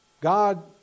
God